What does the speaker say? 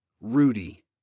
Rudy